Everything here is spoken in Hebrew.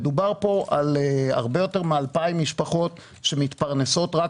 מדובר פה על הרבה יותר מ-2,000 משפחות שמתפרנסות רק